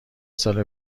ساله